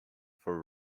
for